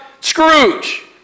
Scrooge